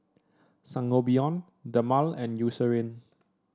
Sangobion Dermale and Eucerin